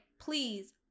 please